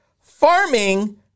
farming